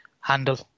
handle